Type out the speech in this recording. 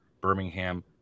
Birmingham